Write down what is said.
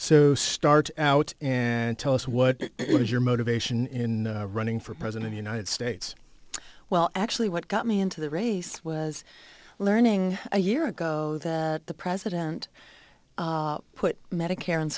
so start out and tell us what was your motivation in running for president united states well actually what got me into the race was learning a year ago that the president put medicare and